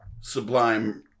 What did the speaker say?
sublime